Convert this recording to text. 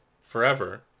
Forever